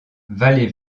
vallée